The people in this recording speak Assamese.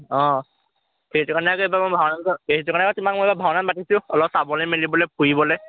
অঁ সেইটো কাৰণে যে ভাওনাত এইবাৰ সেইটো কাৰণে তোমাক মই ভাওনা মাতিছোঁ অলপ চাবলৈ মেলিবলৈ ফুৰিবলৈ